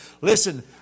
Listen